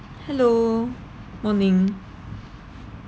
hello morning